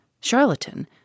Charlatan